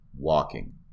walking